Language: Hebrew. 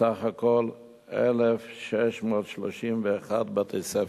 בסך הכול 1,631 בתי-ספר.